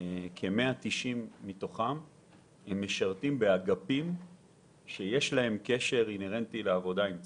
כ-190 משרתים באגפים שיש להם קשר אינהרנטי לעבודה עם צה"ל.